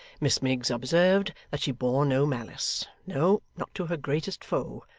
miss miggs observed that she bore no malice, no not to her greatest foe,